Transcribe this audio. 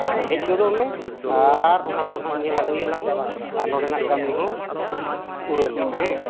ᱟᱨ ᱦᱮᱡ ᱜᱚᱫᱚ ᱢᱮ ᱟᱨ ᱚᱱᱟ ᱠᱚ ᱱᱟᱦᱟᱜ ᱧᱮᱞ ᱟᱹᱜᱩᱭᱟᱞᱟᱝ ᱟᱨ ᱱᱚᱸᱰᱮᱱᱟᱜ ᱠᱟᱹᱢᱤ ᱦᱚᱸ ᱩᱨᱟᱹᱞᱚᱜᱼᱟ ᱦᱮᱸ